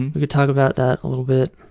and we could talk about that a little bit.